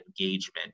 engagement